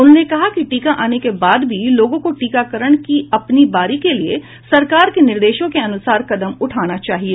उन्होंने कहा कि टीका आने के बाद भी लोगों को टीकाकरण की अपनी बारी के लिए सरकार के निर्देशों के अनुसार कदम उठाना चाहिए